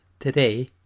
Today